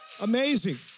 Amazing